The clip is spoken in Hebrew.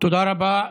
תודה רבה.